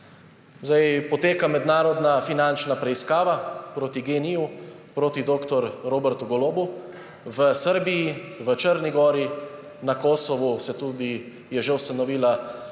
Zdaj poteka mednarodna finančna preiskava proti GEN-I, proti dr. Robertu Golobu v Srbiji, v Črni Gori, na Kosovu se je že ustanovila